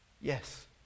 Yes